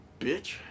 Bitch